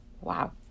Wow